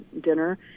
dinner